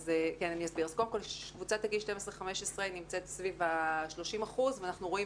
אז קודם כל קבוצת הגיל 15-12 נמצאת סביב ה-30% ואנחנו רואים